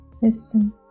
Listen